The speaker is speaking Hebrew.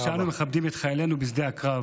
כפי שאנו מכבדים את חיילינו בשדה הקרב.